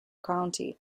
county